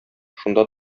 шунда